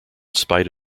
spite